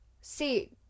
see